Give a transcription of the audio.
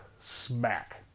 Smack